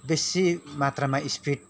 बेसी मात्रामा स्पिड